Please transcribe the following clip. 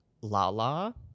Lala